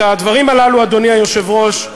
את הדברים הללו, אדוני היושב-ראש,